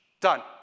done